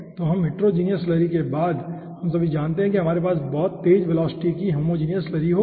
तो इस homogeneous slurry के बाद हम सभी जानते हैं कि हमारे पास बहुत तेज वेलोसिटी की होमोजीनियस स्लरी होगी